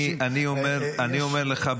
אני אומר לך,